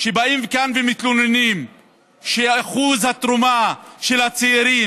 שבאים לכאן ומתלוננים שאחוז התרומה של הצעירים